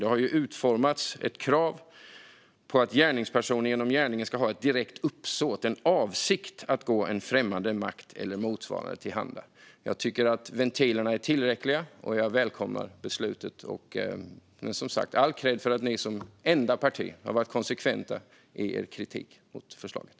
Det har ju utformats ett krav på att gärningspersonen genom gärningen ska ha ett direkt uppsåt, en avsikt, att gå en främmande makt eller motsvarande till handa. Jag tycker att ventilerna är tillräckliga, och jag välkomnar beslutet. Men som sagt: All kredd för att ni som enda parti har varit konsekventa i er kritik mot förslaget!